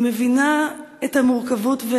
אני מבינה את המורכבות,